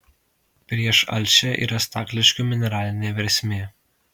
prieš alšią yra stakliškių mineralinė versmė